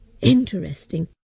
interesting